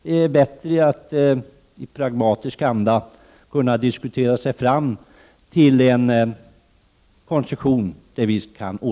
Det är bättre att i pragmatisk anda diskutera sig fram till en lösning.